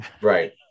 Right